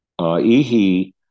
Ihi